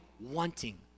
wanting